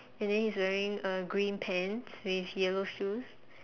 and then he is wearing uh green pants with yellow shoes